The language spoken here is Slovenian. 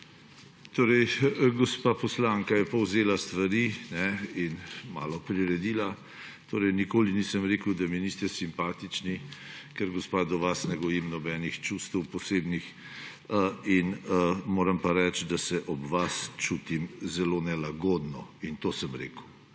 Gospa poslanka je povzela stvari in malo priredila. Nikoli nisem rekel, da mi niste simpatični, ker, gospa, do vas ne gojim nobenih posebnih čustev. Moram pa reči, da se ob vas čutim zelo nelagodno, in to sem rekel